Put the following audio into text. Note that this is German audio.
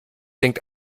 denkt